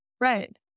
Right